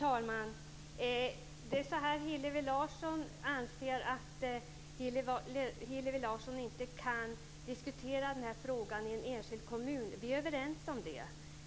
Herr talman! Hillevi Larsson anser att hon inte kan diskutera denna fråga utifrån en enskild kommun. Vi är överens om det.